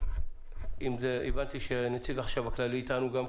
הבנתי שנציג החשכ"ל איתנו,